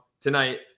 tonight